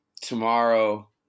tomorrow